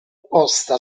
posta